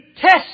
test